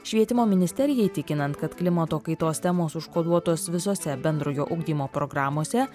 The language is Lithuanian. švietimo ministerijai tikinant kad klimato kaitos temos užkoduotos visose bendrojo ugdymo programose